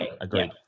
Agreed